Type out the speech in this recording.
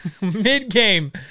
Mid-game